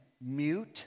mute